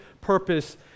purpose